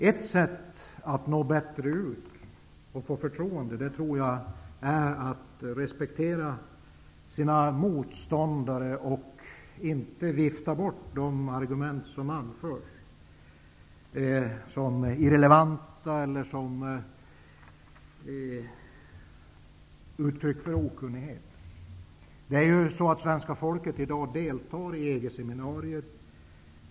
Ett sätt att nå ut bättre och få förtroende, tror jag är att man respekterar sina motståndare och inte viftar bort de argument som anförs som irrelevanta eller som uttryck för okunnighet. Svenska folket deltar i dag i EG-seminarier.